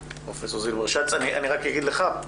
אני רק אגיד לך,